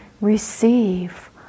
receive